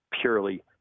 purely